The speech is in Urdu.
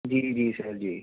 جی جی سر جی